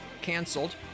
canceled